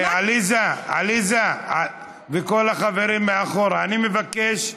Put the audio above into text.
עליזה, עליזה וכל החברים מאחור, אני מבקש שקט,